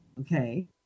Okay